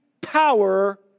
power